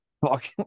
Fuck